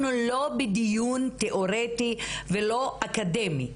אנחנו לא בדיון תיאורטי ולא אקדמי.